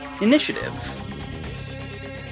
initiative